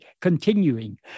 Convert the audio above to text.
continuing